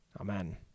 Amen